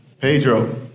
Pedro